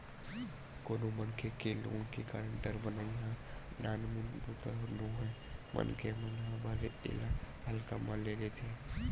कोनो मनखे के लोन के गारेंटर बनई ह नानमुन बूता नोहय मनखे मन ह भले एला हल्का म ले लेथे